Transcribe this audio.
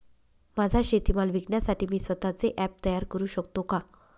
माझा शेतीमाल विकण्यासाठी मी स्वत:चे ॲप तयार करु शकतो का?